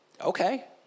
okay